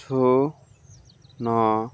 ଶୂନ